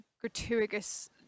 gratuitous